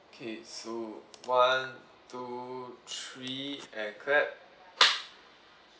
K so one two three and clap